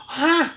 !huh!